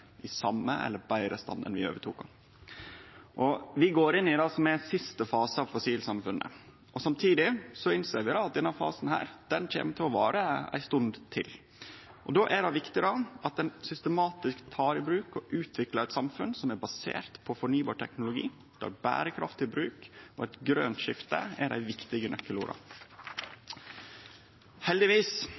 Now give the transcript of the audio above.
i same stand som då vi overtok han – eller betre. Vi går inn i det som er siste fase av fossilsamfunnet. Samtidig innser vi at denne fasen kjem til å vare ei stund til. Då er det viktig at ein systematisk tek i bruk og utviklar eit samfunn som er basert på fornybar teknologi, der berekraftig bruk og eit grønt skifte er dei viktige nøkkelorda. Heldigvis